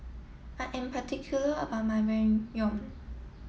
I am particular about my Ramyeon